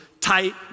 tight